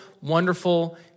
wonderful